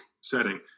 setting